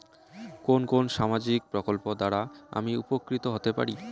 কোন কোন সামাজিক প্রকল্প দ্বারা আমি উপকৃত হতে পারি?